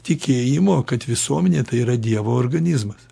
tikėjimo kad visuomenė tai yra dievo organizmas